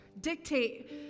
dictate